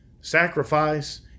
sacrifice